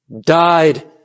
died